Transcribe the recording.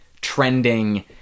trending